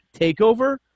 TakeOver